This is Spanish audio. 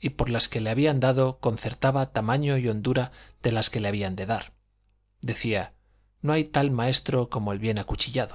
y por las que le habían dado concertaba tamaño y hondura de las que había de dar decía no hay tal maestro como el bien acuchillado